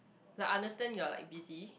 like understand you're like busy